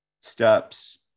steps